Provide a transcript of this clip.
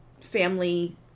family